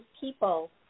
people